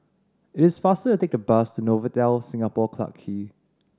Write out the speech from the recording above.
it is faster to take the bus Novotel Singapore Clarke Quay